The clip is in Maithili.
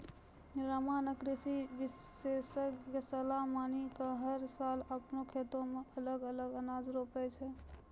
रामा नॅ कृषि विशेषज्ञ के सलाह मानी कॅ हर साल आपनों खेतो मॅ अलग अलग अनाज रोपै छै